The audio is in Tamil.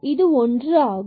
இது 1 ஆகும்